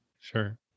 Sure